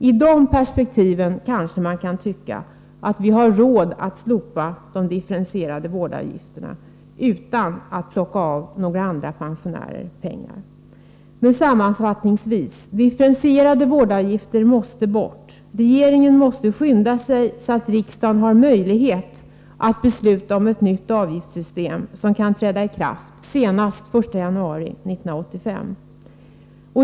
I det perspektivet kanske man kan tycka att vi har råd att slopa de differentierade vårdavgifterna utan att plocka av några andra pensionärer pengar. Sammanfattningsvis: De differentierade vårdavgifterna måste bort. Regeringen måste skynda sig, så att riksdagen har möjlighet att besluta om ett nytt avgiftssystem som kan träda i kraft senast den 1 januari 1985.